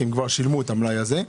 כי הם כבר שילמו על המלאי הזה.